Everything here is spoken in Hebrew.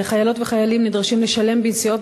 חיילות וחיילים נדרשים לשלם על נסיעות